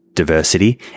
diversity